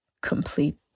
complete